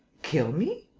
kill me?